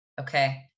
Okay